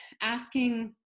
asking